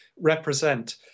represent